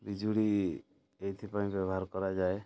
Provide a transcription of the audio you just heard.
ବିଜୁଳି ଏଇଥିପାଇଁ ବ୍ୟବହାର କରାଯାଏ